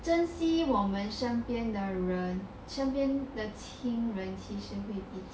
珍惜我们身边的人身边的情人其实